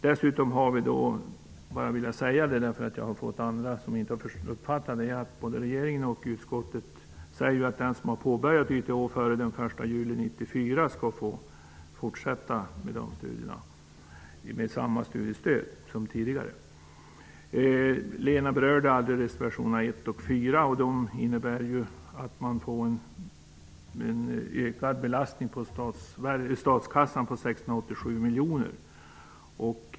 Dessutom vill jag betona, eftersom jag har hört att andra inte har uppfattat detta, att både regeringen och utskottet säger att den som har påbörjat YTH före den 1 juli 1994 skall få fortsätta de studierna med samma studiestöd som tidigare. Lena Öhrsvik berörde aldrig reservationerna 1 och 4. De innebär att man får en ökad belastning på statskassan på 687 miljoner.